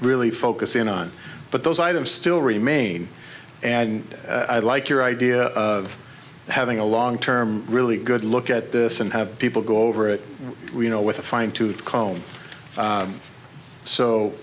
really focus in on but those i still remain and i'd like your idea of having a long term really good look at this and have people go over it you know with a fine tooth comb